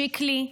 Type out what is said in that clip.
שיקלי,